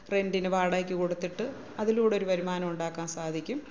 റെന്റിന് വാടകയ്ക്ക് കൊടുത്തിട്ട് അതിലൂടെ ഒരു വരുമാനം ഉണ്ടാക്കാൻ സാധിക്കും